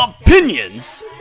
opinions